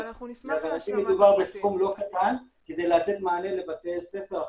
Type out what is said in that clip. אבל להבנתי מדובר בסכום לא קטן כדי לתת מענה לבתי הספר החלשים.